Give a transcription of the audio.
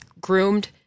groomed